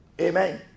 Amen